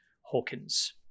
Hawkins